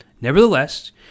Nevertheless